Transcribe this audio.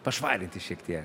pašvarinti šiek tiek